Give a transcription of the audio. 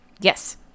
yes